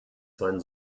sein